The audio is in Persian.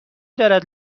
دارد